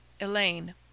Elaine